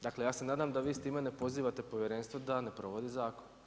Dakle ja se nadam da vi s time ne pozivate povjerenstvo da ne provodi zakon.